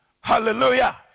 Hallelujah